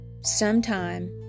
Sometime